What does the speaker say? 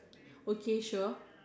okay sure